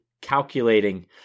calculating